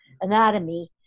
anatomy